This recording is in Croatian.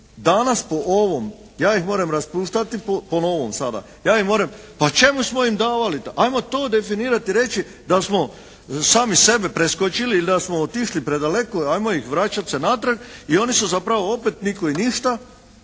danas po ovom ja ih morem raspuštati po novom sada. Pa čemu smo im davali to. Ajmo to definirati i reći da smo sami sebe preskočili ili da smo otišli predaleko, ajmo se vraćat natrag i oni su zapravo opet nitko i ništa.